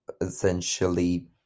essentially